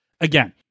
again